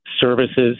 services